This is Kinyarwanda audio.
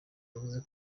yavuze